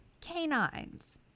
canines